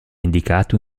indicato